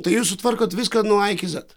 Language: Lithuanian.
tai jūs sutvarkot viską nuo a iki z